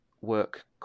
work